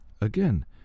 Again